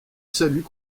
salut